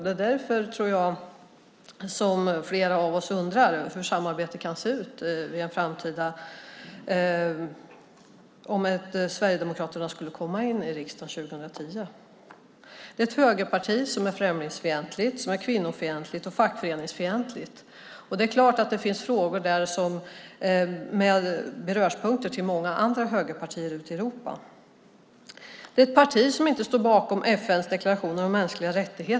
Det är därför som flera av oss undrar hur ett framtida samarbete kan se ut om Sverigedemokraterna skulle komma in i riksdagen 2010. Det är ett högerparti som är främlingsfientligt, kvinnofientligt och fackföreningsfientligt. Det är klart att det där finns beröringspunkter med andra högerpartier ute i Europa. Det är ett parti som inte står bakom FN:s deklaration om mänskliga rättigheter.